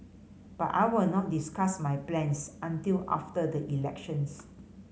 but I will not discuss my plans until after the elections